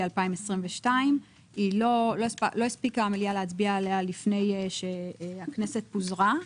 2022. המליאה לא הספיקה להצביע עליה לפני שהכנסת פוזרה,